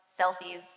selfies